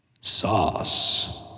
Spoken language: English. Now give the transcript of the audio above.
Sauce